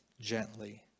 gently